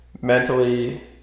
mentally